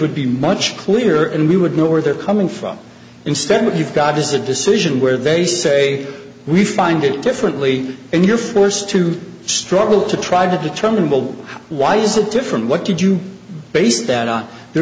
would be much clearer and we would know where they're coming from instead what you've got is a decision where they say we find it differently and you're forced to struggle to try to determine will why is it different what did you base that on there